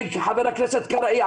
חבר הכנסת קרעי,